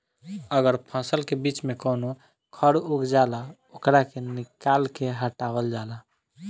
अगर फसल के बीच में कवनो खर उग जाला ओकरा के निकाल के हटावल जाला